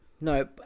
No